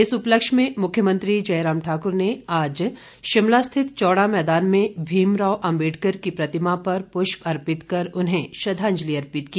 इस उपलक्ष्य में मुख्यमंत्री जयराम ठाकुर ने आज शिमला रिथित चौड़ा मैदान में भीम राव अम्बेडकर की प्रतिमा पर पृष्प अर्पित कर उन्हें श्रद्वांजलि अर्पित की